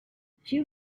few